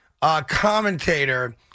commentator